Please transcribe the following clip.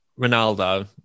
Ronaldo